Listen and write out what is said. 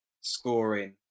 scoring